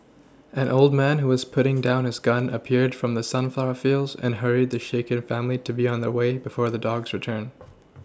an old man who was putting down his gun appeared from the sunflower fields and hurried the shaken family to be on their way before the dogs return